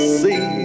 see